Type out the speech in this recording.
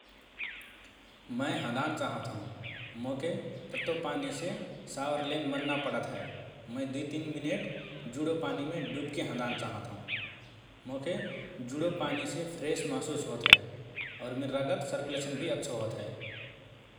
मए हँदान चाहत हओं । मोके तत्तो पानीसे सावर लेन मन ना पडत हए । मए दुई तीन मिनेट जुडो पानीमे डुबके हँदान चाहत हओ । मोके जुडो पानीसे फ्रेस महसुस होत हए और मिर रगत सर्कुलेसन भि अच्छो होत हए ।